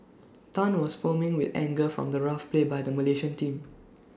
Tan was foaming with anger from the rough play by the Malaysian team